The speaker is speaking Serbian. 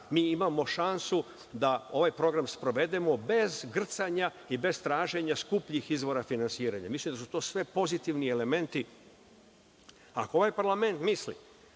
mi imamo šansu da ovaj program sprovedemo bez grcanja i bez traženja skupljih izvora finansiranja. Mislim da su to sve pozitivni elementi. Ako ovaj parlament misli